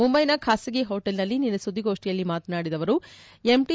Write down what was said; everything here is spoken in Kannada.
ಮುಂಬೈನ ಖಾಸಗಿ ಹೋಟಲ್ನಲ್ಲಿ ನಿನ್ನೆ ಸುದ್ದಿಗೋಷ್ಠಿಯಲ್ಲಿ ಮಾತನಾಡಿದ ಅವರು ಎಂಟಿ